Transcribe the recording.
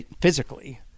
physically